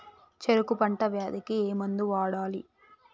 చెరుకు పంట వ్యాధి కి ఏ మందు వాడాలి?